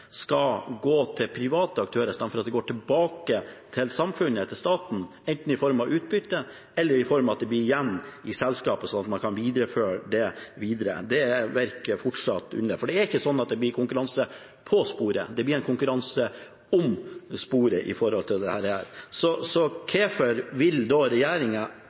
skal gå til private aktører, istedenfor at det går tilbake til samfunnet, til staten, enten i form av utbytte eller ved at det blir igjen i selskapet, sånn at man kan videreføre det. Det virker fortsatt underlig. For det er ikke sånn at det blir konkurranse på sporet, det blir en konkurranse om sporet i forbindelse med dette. Hvorfor regjeringen er så